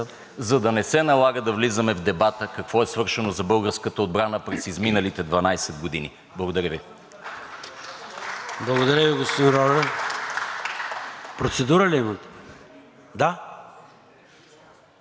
Благодаря Ви, господин Лорер. Процедура ли имате? Да? Бяхте споменат, така ли? Лично обяснение. Заповядайте за лично обяснение.